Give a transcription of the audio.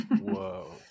Whoa